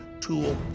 tool